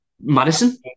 Madison